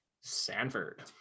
Sanford